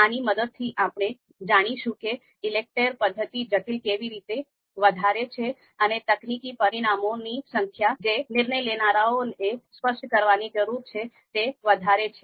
આની મદદથી આપણે જાણીશું કે ઈલેકટેર પદ્ધતિ જટિલતા કેવી રીતે વધારે છે અને તકનીકી પરિમાણોની સંખ્યા જે નિર્ણય લેનારાઓએ સ્પષ્ટ કરવાની જરૂર છે તે વધારે છે